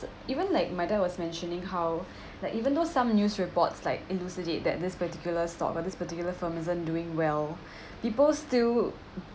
even like my dad was mentioning how that even though some news reports like elucidate that this particular stock or this particular firm isn't doing well people still